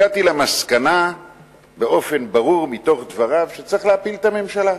הגעתי למסקנה באופן ברור מתוך דבריו שצריך להפיל את הממשלה,